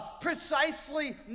precisely